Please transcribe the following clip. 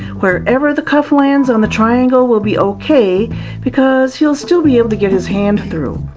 wherever the cuff lands on the triangle will be okay because he'll still be able to get his hand through.